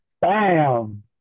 bam